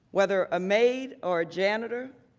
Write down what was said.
whether a maid or a janitor,